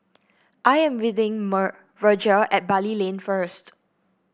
I am meeting Virgia at Bali Lane first